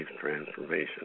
transformation